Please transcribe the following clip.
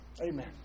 Amen